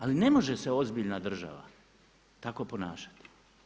Ali ne može se ozbiljna država tako ponašati.